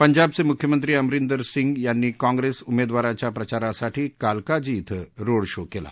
पंजाबचे मुख्यमंत्री अमरिदर सिंग यांनी काँप्रेस उमेदवारांच्या प्रचारासाठी कालकाजी ा कें रोड शो केला